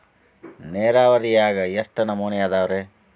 ನೇರಾವರಿಯಾಗ ಎಷ್ಟ ನಮೂನಿ ಅದಾವ್ರೇ?